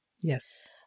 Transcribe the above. Yes